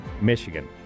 Michigan